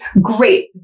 Great